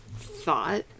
thought